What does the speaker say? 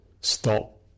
stop